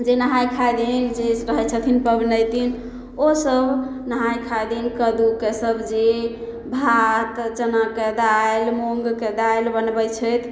जे नहाय खाय दिन जे रहय छथिन पबनयतिन ओ सभ नहाय खाय दिनकऽ कद्दूके सब्जी भात चनाके दालि मूँगके दालि बनबय छै